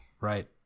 right